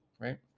right